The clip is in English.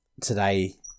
today